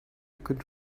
could